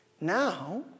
Now